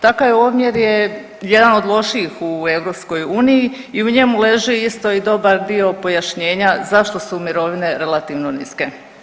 Takav je omjer je jedan od lošijih u EU i u njemu leži isto i dobar dio pojašnjenja zašto su mirovine relativno niske.